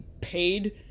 paid